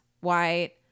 white